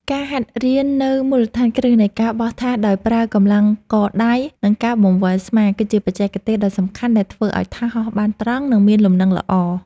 ការហាត់រៀននូវមូលដ្ឋានគ្រឹះនៃការបោះថាសដោយប្រើកម្លាំងកដៃ និងការបង្វិលស្មា គឺជាបច្ចេកទេសដ៏សំខាន់ដែលធ្វើឱ្យថាសហោះបានត្រង់ និងមានលំនឹងល្អ។